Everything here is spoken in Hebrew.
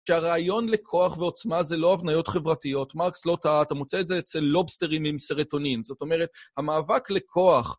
שהרעיון לכוח ועוצמה זה לא הבניות חברתיות. מרקס לא טעה, אתה מוצא את זה אצל לובסטרים עם סרטונין. זאת אומרת, המאבק לכוח...